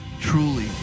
truly